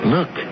Look